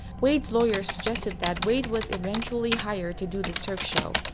wade's lawyers suggested that wade was eventually hired to do this cirque show.